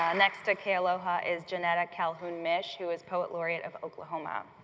um next to kealoha is jeanetta calhoun mich who is poet laureate of oklahoma